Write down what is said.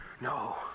No